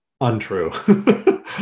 untrue